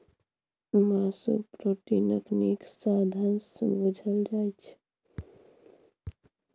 मासु प्रोटीनक नीक साधंश बुझल जाइ छै